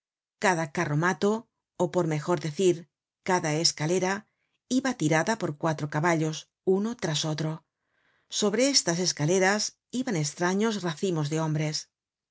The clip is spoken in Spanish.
cada carromato ó por mejor decir cada escalera iba tirada por cuatro caballos uno tras otro sobre estas escaleras iban estraños racimos de hombres